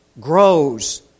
grows